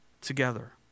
together